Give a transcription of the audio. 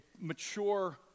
mature